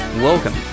Welcome